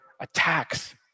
attacks